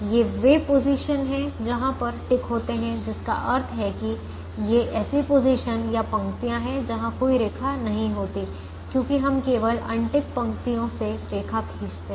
ये वे पोजीशन हैं जहाँ पर टिक होते हैं जिसका अर्थ है कि ये ऐसी पोजीशन या पंक्तियाँ हैं जहाँ कोई रेखा नहीं होती क्योंकि हम केवल अनटिक पंक्तियों से रेखा खींचते हैं